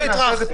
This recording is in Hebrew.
שלא יטרח.